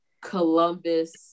Columbus